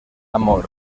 amor